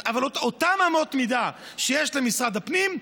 אבל אותן אמות מידה שיש למשרד הפנים,